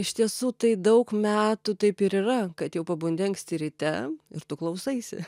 iš tiesų tai daug metų taip ir yra kad jau pabundi anksti ryte ir tu klausaisi